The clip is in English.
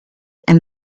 and